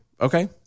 Okay